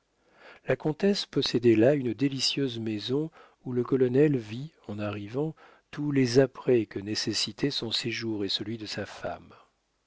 la comtesse possédait là une délicieuse maison où le colonel vit en arrivant tous les apprêts que nécessitaient son séjour et celui de sa femme